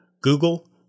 Google